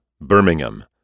Birmingham